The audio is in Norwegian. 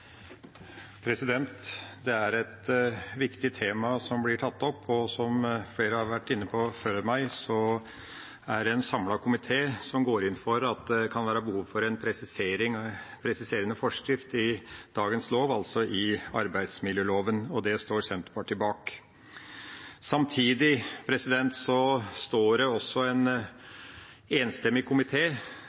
som flere før meg har vært inne på, er det en samlet komité som går inn for at det kan være behov for en presiserende forskrift i arbeidsmiljøloven – og det står Senterpartiet bak. Samtidig sier en enstemmig komité: «Trygghet på arbeidsplassen er også et spørsmål om god ledelse.» Jeg vil knytte en